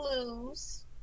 Blues